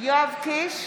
יואב קיש,